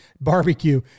barbecue